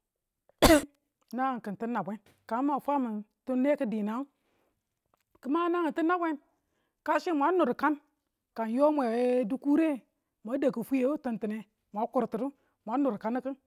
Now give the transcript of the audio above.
nangang kin tu nabwen ka mang min twang ne ki dinang. kimanangangtu nabwen kachi mwan nur kan. Ka ng yo mwe we dikure mwen dikure mwan dau kifweye titie mwang kurtinu mwan nur kan kin